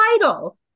title